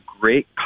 great